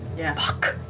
yeah fuck,